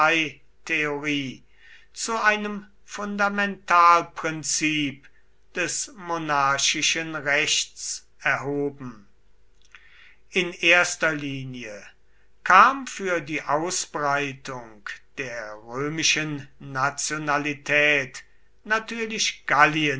parteitheorie zu einem fundamentalprinzip des monarchischen rechts erhoben in erster linie kam für die ausbreitung der römischen nationalität natürlich gallien